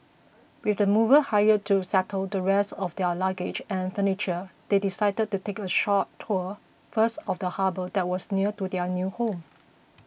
with the movers hired to settle the rest of their luggage and furniture they decided to take a short tour first of the harbour that was near their new home